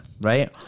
right